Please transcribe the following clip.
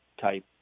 type